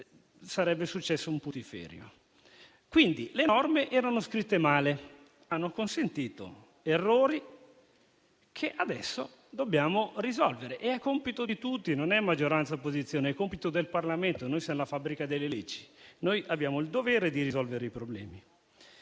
sarebbe successo un putiferio. Quindi le norme erano scritte male e hanno consentito errori che adesso dobbiamo risolvere. È compito di tutti, non della maggioranza o dell'opposizione, ma è compito del Parlamento. Noi siamo la fabbrica delle leggi e abbiamo il dovere di risolvere i problemi.